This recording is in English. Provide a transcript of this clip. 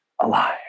alive